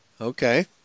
Okay